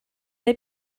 neu